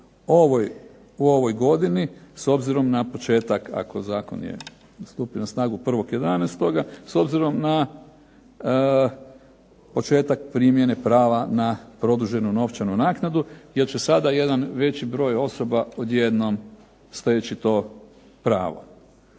u ovoj godini, s obzirom na početak, ako zakon je stupio na snagu 1.11., s obzirom na početak primjene prava na produženu novčanu naknadu, jer će sada jedan veći broj osoba odjednom steći to pravo.